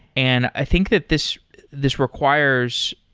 and i think that this this requires.